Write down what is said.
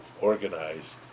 organize